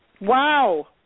Wow